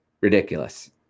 ridiculous